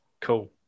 cool